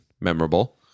memorable